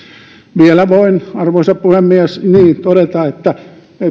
vielä voin arvoisa puhemies todeta että